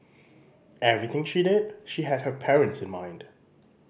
everything she did she had her parents in mind